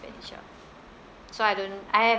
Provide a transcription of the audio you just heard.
expenditure so I don't I have